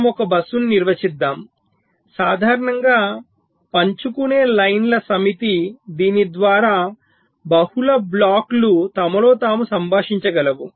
మనము ఒక బస్సును నిర్వచిద్దాము సాధారణంగా పంచుకునే లైన్ ల సమితి దీని ద్వారా బహుళ బ్లాక్లు తమలో తాము సంభాషించగలవు